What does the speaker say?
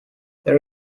there